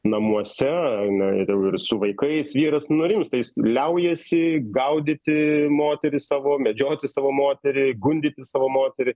namuose jinai jau ir su vaikais vyras nurimsta jis liaujasi gaudyti moterį savo medžioti savo moterį gundyti savo moterį